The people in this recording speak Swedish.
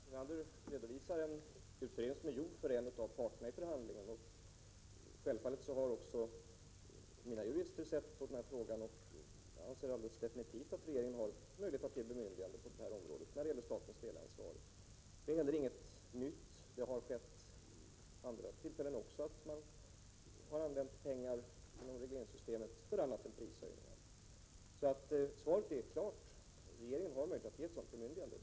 Herr talman! Lennart Brunander redovisar en utredning som är gjord för en av parterna i förhandlingarna. Självfallet har också mina jurister sett på den här frågan, och de anser alldeles definitivt att regeringen har möjlighet att ge bemyndigande på detta område, när det gäller statens delansvar. Det är heller inget nytt. Det har skett vid andra tillfällen att man har använt pengar inom regleringssystemet för annat än prishöjningar. Svaret är klart: regeringen har möjlighet att ge ett sådant bemyndigande.